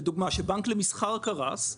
לדוגמה: כשהבנק למסחר קרס,